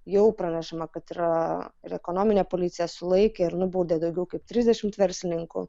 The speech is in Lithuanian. jau pranešama kad yra ir ekonominė policija sulaikė ir nubaudė daugiau kaip trisdešimt verslininkų